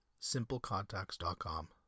simplecontacts.com